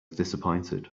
disappointed